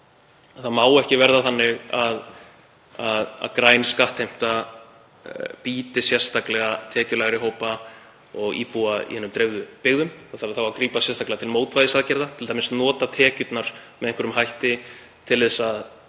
það má ekki verða þannig að græn skattheimta bíti sérstaklega tekjulægri hópa og íbúa í hinum dreifðu byggðum. Það þarf þá að grípa sérstaklega til mótvægisaðgerða, t.d. nota tekjurnar með einhverjum hætti til þess